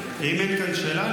אם אין כאן שאלה,